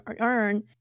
earn